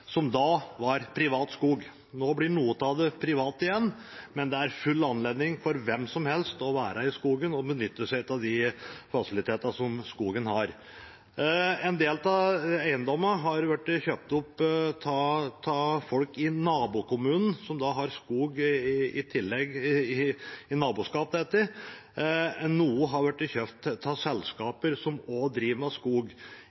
da var privat skog. Nå blir noe av det privat igjen, men det er full anledning for hvem som helst til å være i skogen og benytte seg av de fasilitetene som skogen har. En del av eiendommene har blitt kjøpt opp av folk i nabokommunen, som da har skog i naboskap til dette. Noe har blitt kjøpt opp av